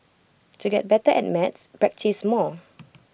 to get better at maths practise more